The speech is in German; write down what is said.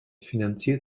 finanziert